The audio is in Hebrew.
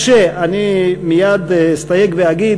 כשאני מייד אסתייג ואגיד,